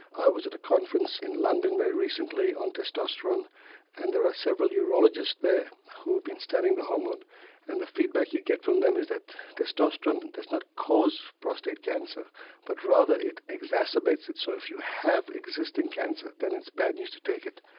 i was at a conference in london very recently on testosterone and there were several urologists there who had been studying the hormone and the feedback you get from them is that testosterone does not cause prostate cancer but rather it exacerbates it, so if you have existing cancer then it's bad news to take it.